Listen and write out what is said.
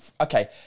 Okay